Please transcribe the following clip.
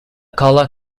collar